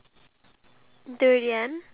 my teacher for C_N_N